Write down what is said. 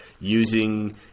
using